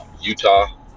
Utah